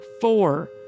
four